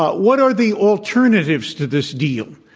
but what are the alternatives to this deal?